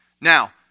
Now